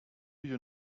you